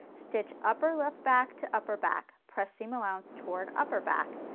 stitch upper left back to upper back, press seam allowance toward upper back.